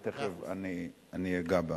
תיכף אני אגע בה.